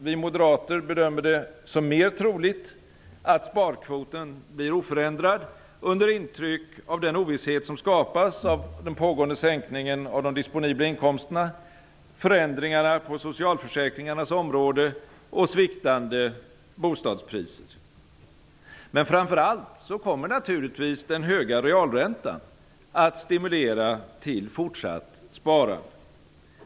Vi moderater bedömer det som mer troligt att sparkvoten blir oförändrad under trycket av den ovisshet som skapas av den pågående sänkningen av de disponibla inkomsterna, förändringarna på socialförsäkringarnas område och sviktande bostadspriser. Men framför allt kommer naturligtvis den höga realräntan att stimulera till fortsatt sparande.